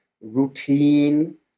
routine